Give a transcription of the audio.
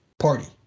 party